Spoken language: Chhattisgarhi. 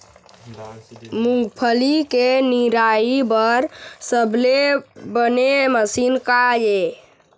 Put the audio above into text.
मूंगफली के निराई बर सबले बने मशीन का ये?